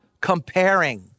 comparing